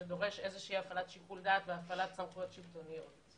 שדורשת איזושהי הפעלת שיקול דעת והפעלת סמכויות שלטוניות.